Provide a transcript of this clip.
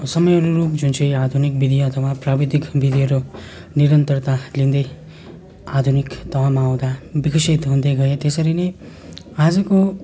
समय अनुरूप जुन चाहिँ आधुनिक विधि अथवा प्राविधिक विधिहरू निरन्तरता लिँदै आधुनिक तहमा आउँदा विकसित हुँदै गए त्यसरी नै आजको